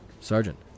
Sergeant